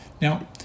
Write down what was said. Now